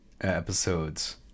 episodes